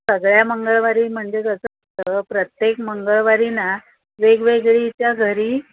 सगळ्या मंगळवारी म्हणजे कसं असतं प्रत्येक मंगळवारी ना वेगवेगळीच्या घरी